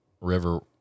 River